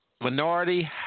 minority